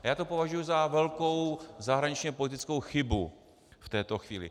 A já to považuji za velkou zahraničněpolitickou chybu v této chvíli.